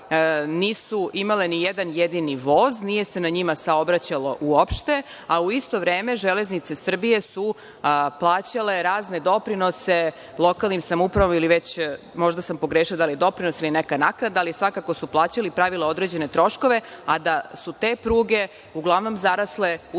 nisu imale ni jedan jedini voz, nije se na njima saobraćalo uopšte, a u isto vreme Železnice Srbije su plaćale razne doprinose lokalnim samoupravama, možda sam pogrešila, da li doprinos ili neka naknada, ali svakako su plaćali i pravili određene troškove, a da su te pruge uglavnom zarasle u